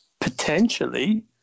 potentially